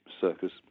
circus